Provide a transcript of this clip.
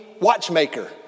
watchmaker